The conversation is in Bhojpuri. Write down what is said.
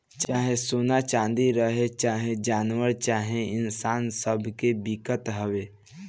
चाहे सोना चाँदी रहे, चाहे जानवर चाहे इन्सान सब्बे बिकत हवे